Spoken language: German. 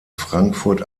frankfurt